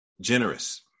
generous